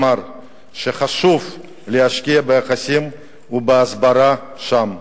אמר שחשוב להשקיע ביחסים ובהסברה שם.